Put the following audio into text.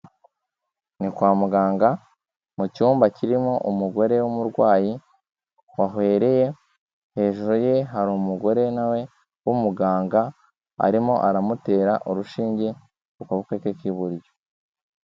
Ni kwa muganga mu cyumba kirimo umugore w'umurwayi wahwereye, hejuru ye hari umugore na we w'umuganga arimo aramutera urushinge ku kaboko ke k'iburyo.